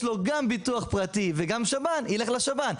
לו גם ביטוח פרטי וגם שב"ן ילך לשב"ן.